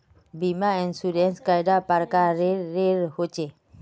बीमा इंश्योरेंस कैडा प्रकारेर रेर होचे